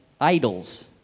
idols